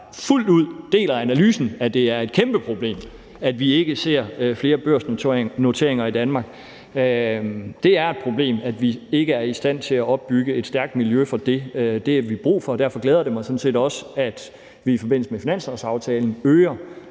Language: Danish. fuldt ud deler analysen af, at det er et kæmpeproblem, at vi ikke ser flere børsnoteringer i Danmark. Det er et problem, at vi ikke er i stand til at opbygge et stærkt miljø for det. Det har vi brug for, og derfor glæder det mig sådan set også, at vi i forbindelse med finanslovsaftalen øger